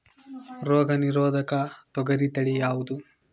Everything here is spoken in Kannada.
ರೋಗ ನಿರೋಧಕ ತೊಗರಿ ತಳಿ ಯಾವುದು?